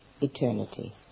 eternity